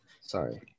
Sorry